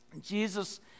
Jesus